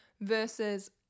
Versus